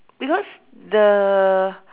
because the